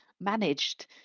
managed